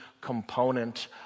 component